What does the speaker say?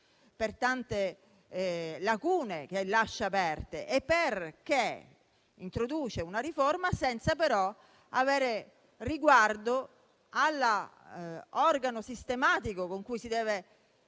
per tante lacune che lascia aperte e perché introduce una riforma senza avere riguardo all'organo sistematico con cui si deve